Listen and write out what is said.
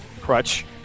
crutch